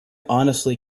honestly